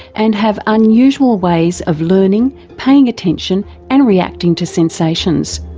and have unusual ways of learning, paying attention and reacting to sensations.